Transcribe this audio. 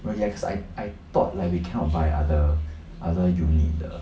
oh yes I I thought like we cannot buy other other uni the